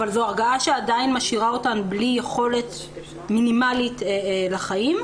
אבל זאת הרגעה שעדיין משאירה אותן בלי יכולת מינימלית לחיים.